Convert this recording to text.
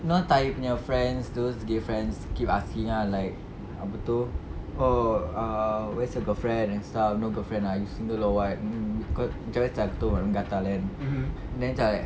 know thai punya friends those gay friends keep asking ah like apa tu oh ah where's your girlfriend and stuff no girlfriend you single or what dorang macam nak menggatal kan then macam like